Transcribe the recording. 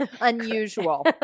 unusual